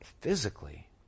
physically